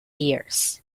years